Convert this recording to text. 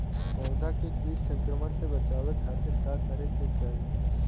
पौधा के कीट संक्रमण से बचावे खातिर का करे के चाहीं?